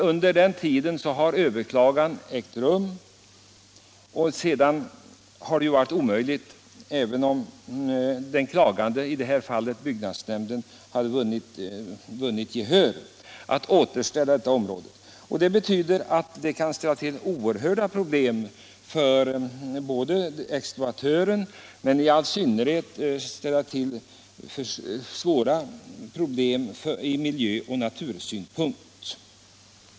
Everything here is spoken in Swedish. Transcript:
Under tiden har beslutet överklagats, men även om en klagande - i detta fall byggnadsnämnden — har vunnit gehör för sina synpunkter har det varit omöjligt att återställa området i dess ursprungliga skick. Det kan innebära oerhörda problem från natur och miljösynpunkt.